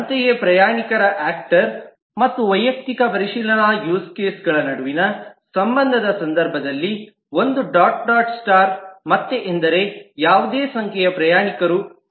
ಅಂತೆಯೇ ಪ್ರಯಾಣಿಕರ ಆಕ್ಟರ್ ಮತ್ತು ವೈಯಕ್ತಿಕ ಪರಿಶೀಲನಾ ಯೂಸ್ ಕೇಸ್ ನಡುವಿನ ಸಂಬಂಧದ ಸಂದರ್ಭದಲ್ಲಿ 1 ಡಾಟ್ ಡಾಟ್ ಸ್ಟಾರ್ ಮತ್ತೆ ಎಂದರೆ ಯಾವುದೇ ಸಂಖ್ಯೆಯ ಪ್ರಯಾಣಿಕರು ಪ್ರತ್ಯೇಕವಾಗಿ ಪರಿಶೀಲಿಸಬಹುದು